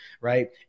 right